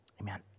Amen